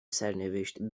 سرنوشت